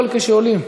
כשעולים?